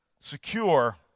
Secure